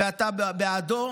ואתה בעדו.